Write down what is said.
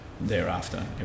thereafter